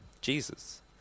Jesus